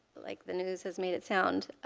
like the news has made it sound.